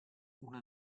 una